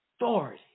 authority